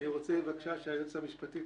היועצת המשפטית